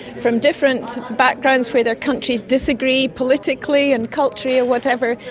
from different backgrounds where their countries disagree politically and culturally or whatever,